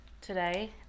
Today